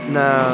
no